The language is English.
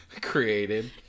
created